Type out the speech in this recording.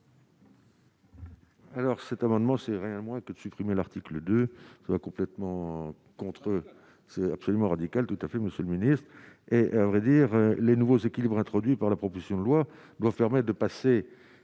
Alors, cet amendement, c'est rien moins que de supprimer l'article 2 ça va complètement contre, c'est absolument radicale, tout à fait, Monsieur le Ministre, et à vrai dire, les nouveaux équilibres introduit par la proposition de loi doit fermer de passer